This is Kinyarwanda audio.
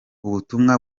ubutumwa